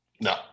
No